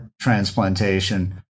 transplantation